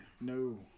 No